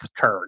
turn